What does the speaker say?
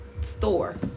store